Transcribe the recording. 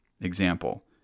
Example